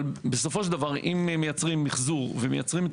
אבל בסופו של דבר, אם מייצרים מחזור ומייצרים את